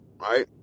right